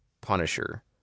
Punisher